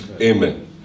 Amen